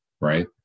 right